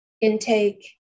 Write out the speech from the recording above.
intake